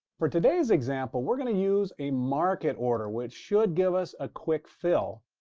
for today's example, we're going to use a market order, which should give us a quick fill.